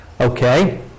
Okay